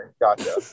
gotcha